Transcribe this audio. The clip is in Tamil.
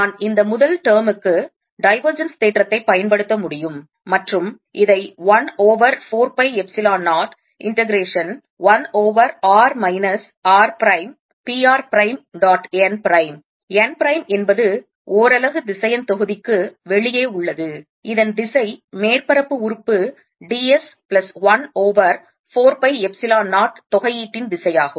நான் இந்த முதல் termக்கு divergence தேற்றத்தை பயன்படுத்த முடியும் மற்றும் இதை 1 over 4 pi epsilon 0 integration 1 over r minus r prime p r prime dot n prime n prime என்பது ஓரலகு திசையன் தொகுதிக்கு வெளியே உள்ளது இதன் திசை மேற்பரப்பு உறுப்பு d s plus 1 over 4 pi epsilon 0 தொகையீட்டின் திசையாகும்